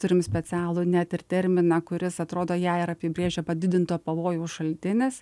turim specialų net ir terminą kuris atrodo ją ir apibrėžia padidinto pavojaus šaltinis